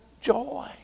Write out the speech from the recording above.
joy